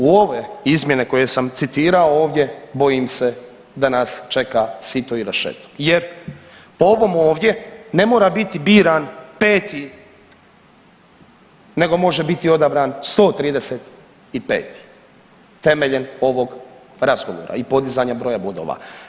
U ove izmjene koje sam citirao ovdje bojim se da nas čeka sito i rešeto jer po ovom ovdje ne mora biti biran peti nego može biti odabran 135. temeljem ovog razgovora i podizanja broja bodova.